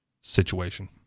situation